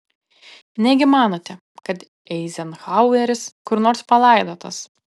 negi manote kad eizenhaueris kur nors palaidotas